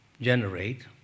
generate